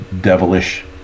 devilish